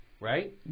Right